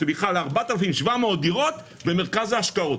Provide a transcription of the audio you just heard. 4,700 דירות במרכז ההשקעות,